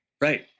Right